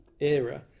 era